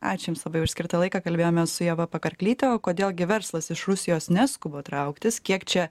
ačiū jums labai už skirtą laiką kalbėjomės su ieva pakarklyte o kodėl gi verslas iš rusijos neskuba trauktis kiek čia